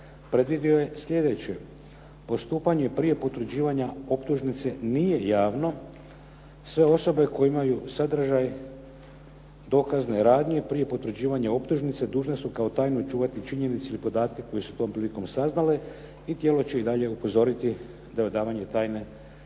Predvidio je sljedeće. Postupanje prije potvrđivanja optužnice nije javno. Sve osobe koje imaju sadržaj dokazne radnje prije potvrđivanja optužnice dužne su kao tajnu čuvati činjenice ili podatke koje su tom prilikom saznale i tijelo će i dalje upozoriti da je odavanje tajne kazneno